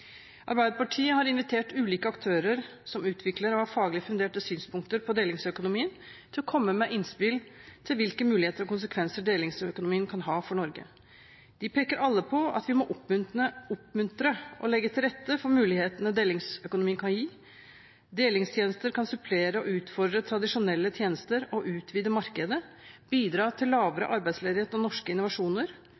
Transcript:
Arbeiderpartiet har invitert ulike aktører som utvikler og har faglig funderte synspunkter på delingsøkonomien, til å komme med innspill til hvilke muligheter og konsekvenser delingsøkonomien kan ha for Norge. De peker alle på at vi må oppmuntre og legge til rette for mulighetene delingsøkonomien kan gi. Delingstjenester kan supplere og utfordre tradisjonelle tjenester og utvide markedet, bidra til lavere